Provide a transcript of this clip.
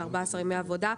זה 14 ימי עבודה,